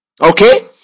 Okay